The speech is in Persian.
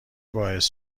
باعث